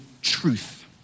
truth